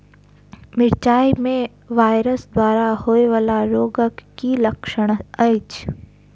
मिरचाई मे वायरस द्वारा होइ वला रोगक की लक्षण अछि?